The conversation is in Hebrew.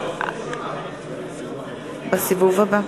בסיבוב הבא.